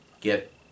get